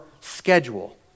schedule